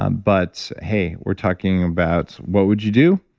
um but hey, we're talking about what would you do,